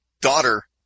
daughter